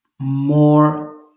more